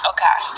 Okay